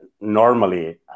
normally